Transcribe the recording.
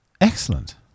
Excellent